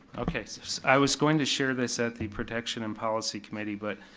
i was going to share this at the protection and policy committee, but,